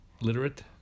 literate